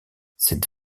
cette